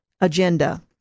agenda